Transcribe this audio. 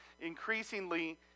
increasingly